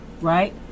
Right